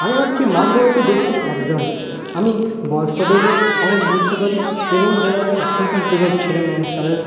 আমি হচ্ছি মাঝবয়সী গোষ্ঠীর একজন আমি বয়স্কদেরও অনেক বুঝতে পারি এবং যারা এখনকার যুগের ছেলে মানুষ তাদের